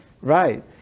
right